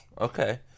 okay